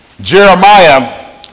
Jeremiah